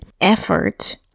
effort